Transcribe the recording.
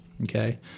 Okay